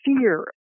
fear